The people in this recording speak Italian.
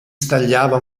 stagliava